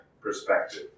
perspective